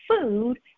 food